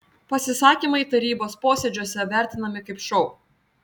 pasisakymai tarybos posėdžiuose vertinami kaip šou